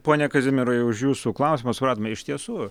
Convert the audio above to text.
pone kazimierai už jūsų klausimą supratome iš tiesų